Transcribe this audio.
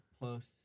plus